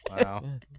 Wow